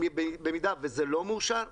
במידה וזה לא מאושר,